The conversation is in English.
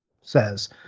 says